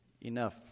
enough